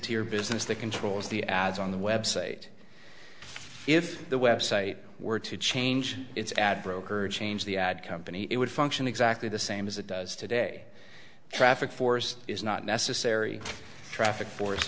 or business that controls the ads on the website if the website were to change its ad broker change the ad company it would function exactly the same as it does today traffic force is not necessary traffic for